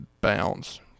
bounce